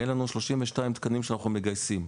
יהיו לנו 32 תקנים שאנחנו מגייסים.